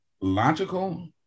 logical